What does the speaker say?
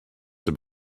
have